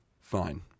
Fine